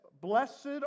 blessed